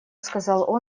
сказал